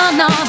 no